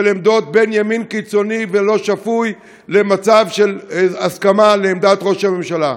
של עמדות בין ימין קיצוני ולא שפוי למצב של הסכמה לעמדת ראש הממשלה.